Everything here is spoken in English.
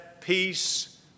peace